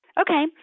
Okay